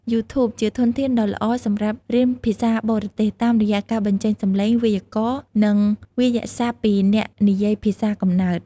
យូធូប ជាធនធានដ៏ល្អសម្រាប់រៀនភាសាបរទេស តាមរយៈការបញ្ចេញសំឡេង វេយ្យាករណ៍ និងវាក្យសព្ទពីអ្នកនិយាយភាសាកំណើត។